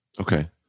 Okay